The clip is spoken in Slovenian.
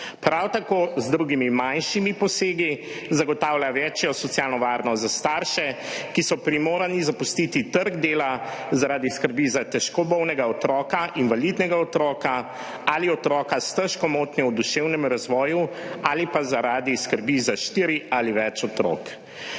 Prav tako z drugimi manjšimi posegi zagotavlja večjo socialno varnost za starše, ki so primorani zapustiti trg dela zaradi skrbi za težko bolnega otroka, invalidnega otroka ali otroka s težko motnjo v duševnem razvoju ali zaradi skrbi za štiri ali več otrok.